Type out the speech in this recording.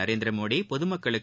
நரேந்திர மோடி பொதுமக்களுக்கு